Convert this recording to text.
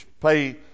pay